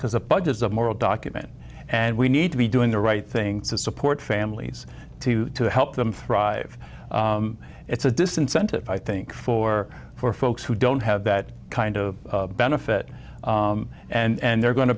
because a budget is a moral document and we need to be doing the right thing to support families to help them thrive it's a disincentive i think for for folks who don't have that kind of benefit and they're going to